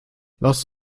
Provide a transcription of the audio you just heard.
lass